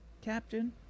Captain